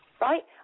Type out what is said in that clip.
right